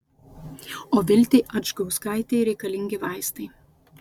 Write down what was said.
o viltei adžgauskaitei reikalingi vaistai